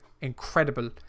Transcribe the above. incredible